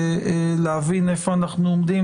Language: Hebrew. להבין איפה אנחנו עומדים,